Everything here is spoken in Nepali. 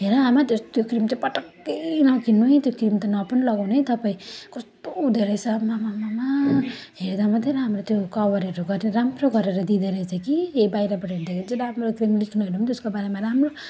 हेर आमा त्यस त्यो क्रिम चाहिँ पटक्कै नकिन्नु है त्यो क्रिम त न पनि लगाउनु है तपाईँ कस्तो हुँदोरहेछ आम्मामामामा हेर्दा मात्रै राम्रो त्यो कभरहरू गरेर राम्रो गरेर दिँदोरहेछ कि बाहिरबाट हेर्दाखेरि राम्रो थियो लेख्नुहरू पनि त्यसको बारेमा राम्रो